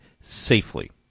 safely